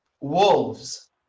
Wolves